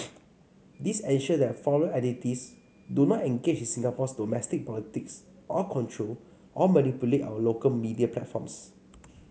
this ensure that foreign entities do not engage in Singapore's domestic politics or control or manipulate our local media platforms